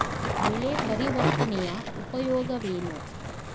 ಬೆಳೆ ಪರಿವರ್ತನೆಯ ಉಪಯೋಗವೇನು?